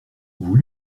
vous